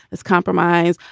let's compromise.